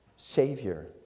Savior